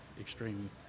extreme